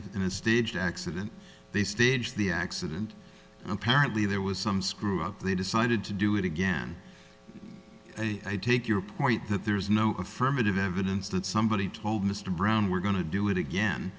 a in a staged accident they staged the accident and apparently there was some screw up they decided to do it again and i take your point that there's no affirmative evidence that somebody told mr brown we're going to do it again